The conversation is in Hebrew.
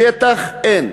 שטח אין.